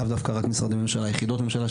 יחידות ממשלה,